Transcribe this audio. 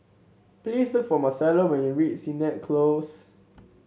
please look for Marcello when you reach Sennett Close